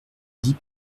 dit